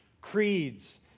creeds